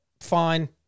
Fine